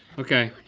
okay,